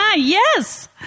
Yes